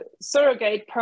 surrogate